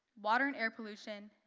water and air pollution,